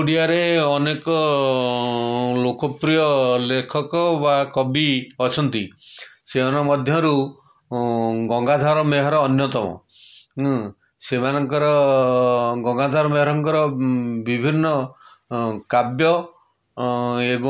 ଓଡ଼ିଆରେ ଅନେକ ଲୋକପ୍ରିୟ ଲେଖକ ବା କବି ଅଛନ୍ତି ସେମାନଙ୍କ ମଧ୍ୟରୁ ଗଙ୍ଗାଧର ମେହେର ଅନ୍ୟତମ ସେମାନଙ୍କର ଗଙ୍ଗାଧର ମେହେରଙ୍କର ବିଭିନ୍ନ କାବ୍ୟ ଏବଂ